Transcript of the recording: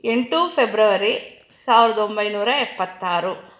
ಎಂಟು ಫೆಬ್ರವರಿ ಸಾವಿರದ ಒಂಬೈನೂರ ಎಪ್ಪತ್ತಾರು